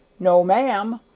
no, ma'am!